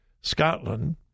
Scotland